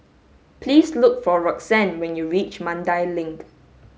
please look for Roxann when you reach Mandai Link